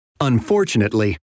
Unfortunately